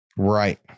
Right